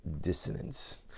dissonance